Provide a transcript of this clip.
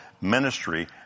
ministry